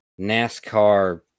NASCAR